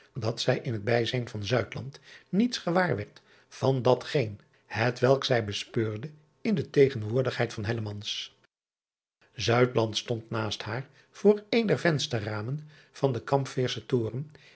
dat zij in het bijzijn van niets gewaar werd van dat geen het welk zij bespeurde in de tegenwoordigheid van stond naast haar voor een der vensterramen van den ampveerschen toren